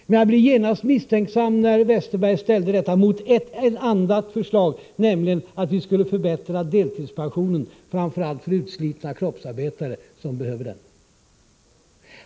Men jag blev genast misstänksam när Westerberg ställde detta mot ett annat förslag, nämligen att förbättra deltidspensionen, framför allt för utslitna kroppsarbetare, som behöver denna.